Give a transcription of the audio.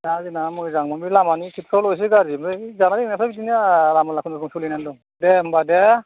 दा जोंना मोजांमोन बे लामानि खेथ्र'आवल' एसे गाज्रि ओमफ्राय जानाय लोंनायफ्रा बिदिनो आमोल आफोल सोलिनानै दं दे होनबा दे